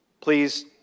Please